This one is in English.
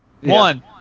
One